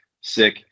sick